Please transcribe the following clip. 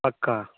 पक्का